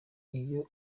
iyo